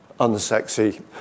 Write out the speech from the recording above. unsexy